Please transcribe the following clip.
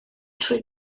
trwy